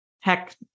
heck